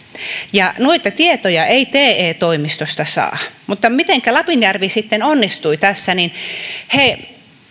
ja noita tietoja ei te toimistosta saa mutta mitenkä lapinjärvi sitten onnistui tässä niin he